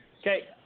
Okay